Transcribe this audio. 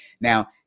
Now